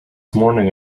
morning